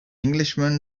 englishman